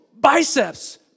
biceps